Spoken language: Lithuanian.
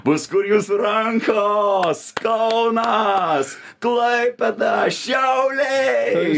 bus kur jūsų rankos kaunas klaipėda šiauliai